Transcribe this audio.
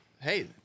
Hey